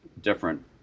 different